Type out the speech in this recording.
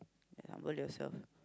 ya humble yourself